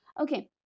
Okay